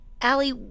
Allie